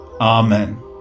Amen